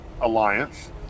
Alliance